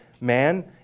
man